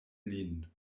lin